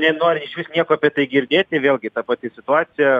nenori išvis nieko apie tai girdėti vėlgi ta pati situacija